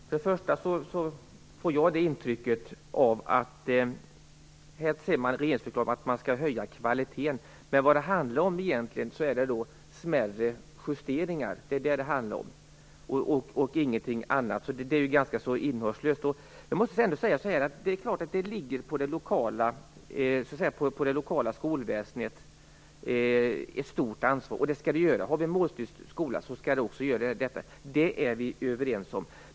Fru talman! I regeringsförklaringen säger man att man skall höja kvaliteten. Men vad det egentligen handlar om är smärre justeringar och ingenting annat, så det är ganska innehållslöst. Det är klart att det ligger ett stort ansvar på det lokala skolväsendet. Det skall det också göra. Har vi en målstyrd skola så skall det göra det. Det är vi överens om.